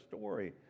story